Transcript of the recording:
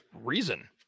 reason